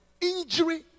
injury